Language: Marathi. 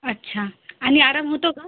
अच्छा आणि आराम होतो का